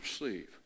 receive